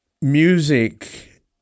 Music